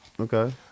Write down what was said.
Okay